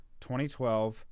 2012